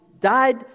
died